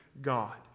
God